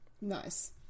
Nice